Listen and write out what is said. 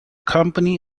company